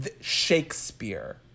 Shakespeare